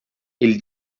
ele